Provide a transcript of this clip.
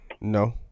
No